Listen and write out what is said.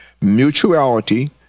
mutuality